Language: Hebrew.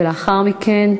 ולאחר מכן,